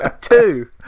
two